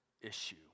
issue